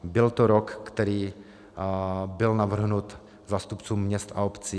Byl to rok, který byl navrhnut zástupcům měst a obcí.